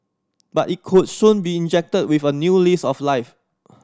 but it could soon be injected with a new lease of life